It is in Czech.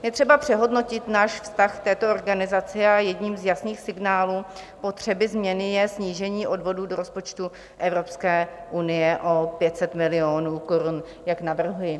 Je třeba přehodnotit náš vztah k této organizaci a jedním z jasných signálů potřeby změny je snížení odvodů do rozpočtu Evropské unie o 500 milionů korun, jak navrhuji.